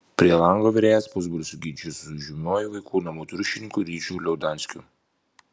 prie lango virėjas pusbalsiu ginčijosi su įžymiuoju vaikų namų triušininku ryčiu liaudanskiu